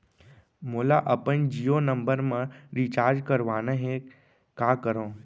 मोला अपन Jio number म रिचार्ज करवाना हे, का करव?